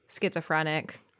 schizophrenic